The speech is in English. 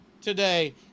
today